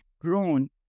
grown